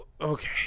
okay